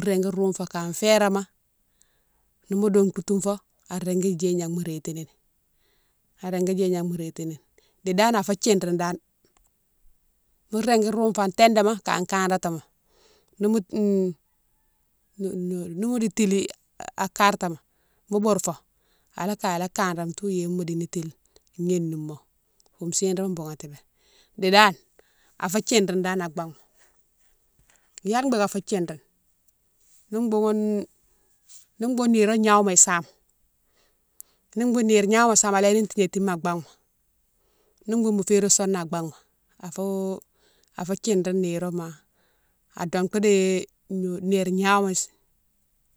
Régui roume fo ka férama, nimo dongtoune fo a régui djéye gnama mo rétini ni, a régui gnama mo rétini ni, di danan a fé djidrini dane mo régui roume fo an tédéma kan karatima, nimo nimo tili a cartama mo bourfo ala kagne ala kanrane tou yéma mo dinitile gnénimo fou chig-réma boughati. Di dane a fou thidrine dane an baghma, yalé bigué afou thidrine ni boughoune, ni boughoune nirone gnawouma same, ni boughoune nire gnawouma same aléni tignatima an baghma ni boughoune mo férien souna an baghma afo afo thidrine niroma a dongtou di gno, nire gnawouma,